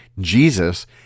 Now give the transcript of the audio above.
Jesus